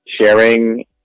sharing